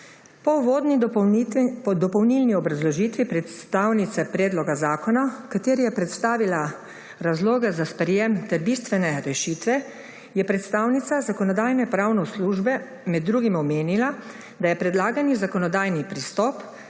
Po dopolnilni obrazložitvi predstavnice predloga zakona, v kateri je predstavila razloge za sprejetje ter bistvene rešitve, je predstavnica Zakonodajno-pravne službe med drugim omenila, da je predlagani zakonodajni pristop,